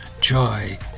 joy